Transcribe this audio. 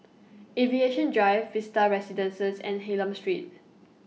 Aviation Drive Vista Residences and Hylam Street